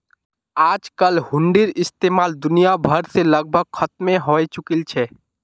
आजकल हुंडीर इस्तेमाल दुनिया भर से लगभग खत्मे हय चुकील छ